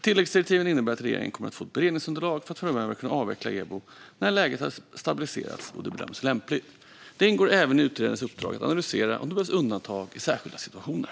Tilläggsdirektiven innebär att regeringen kommer att få ett beredningsunderlag för att framöver kunna avveckla EBO när läget har stabiliserats och det bedöms lämpligt. Det ingår även i utredarens uppdrag att analysera om det behövs undantag i särskilda situationer.